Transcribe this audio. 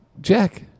Jack